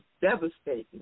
devastating